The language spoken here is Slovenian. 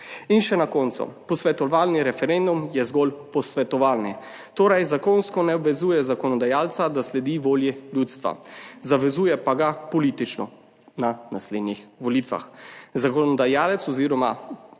In še na koncu posvetovalni referendum je zgolj posvetovalni, torej zakonsko ne obvezuje zakonodajalca, da sledi volji ljudstva, zavezuje pa ga politično na naslednjih volitvah. Zakonodajalec oziroma